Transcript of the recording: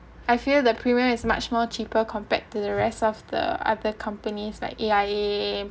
I fear the premium is much more cheaper compared to the rest of the other companies that A_I_A